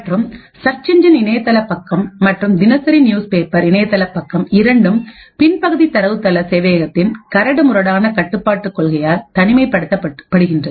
மற்றும் search engine இணையதள பக்கம் மற்றும் தினசரிநியூஸ் பேப்பர் இணையதள பக்கம் இரண்டும் பின்பகுதி தரவுத்தள சேவையகத்தின்கரடுமுரடான கட்டுப்பாட்டு கொள்கையால் தனிமை படுத்த படுத்தப்படுகின்றது